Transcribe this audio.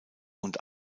und